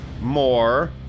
more